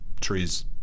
trees